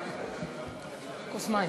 כוס מים.